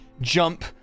jump